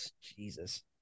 Jesus